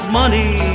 money